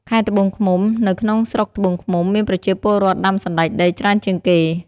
ខេត្តត្បូងឃ្មុំ នៅក្នុងស្រុកត្បូងឃ្មុំ មានប្រជាពលរដ្ឋដាំសណ្តែកដីច្រើនជាងគេ។